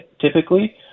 typically